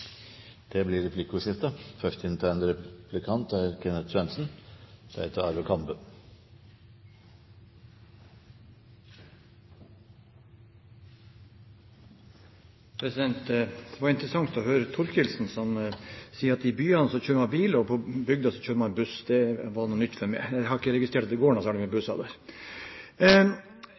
Det blir replikkordskifte. Det var interessant å høre Thorkildsen si at i byene kjører man bil, og på bygda kjører man buss. Det var nytt for meg. Jeg har ikke registrert at det går noe særlig med busser der. Det som statsråden sier, er at det